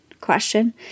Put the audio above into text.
question